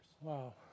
Wow